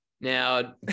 Now